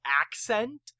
accent